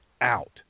out